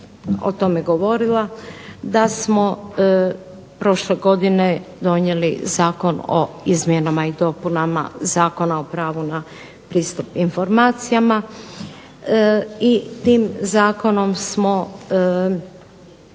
o tome govorila da smo prošle godine donijeli Zakon o izmjenama i dopunama Zakona o pravu na pristup informacijama i tim zakonom smo